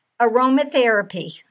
Aromatherapy